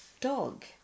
dog